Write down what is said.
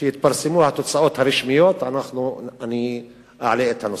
כשיתפרסמו התוצאות הרשמיות, אני אעלה על הנושא.